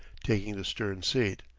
taking the stern seat.